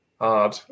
Hard